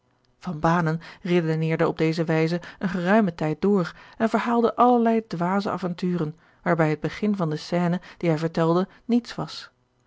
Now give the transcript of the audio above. redeneerde op deze wijze een geruimen tijd door en verhaalde allerlei dwaze avonturen waarbij het begin van de scène die hij vertelde niets was